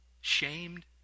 shamed